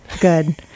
Good